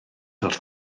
wrth